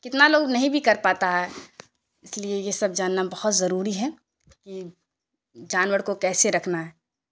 کتنا لوگ نہیں بھی کر پاتا ہے اس لیے یہ سب جاننا بہت ضروری ہے کہ جانور کو کیسے رکھنا ہے